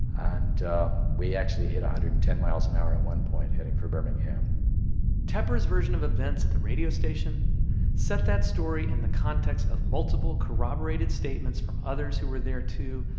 and we actually hit one hundred and ten miles an hour at one point, heading for birmingham tepper's version of events at the radio station set that story in the context of multiple corroborated statements from others who were there too,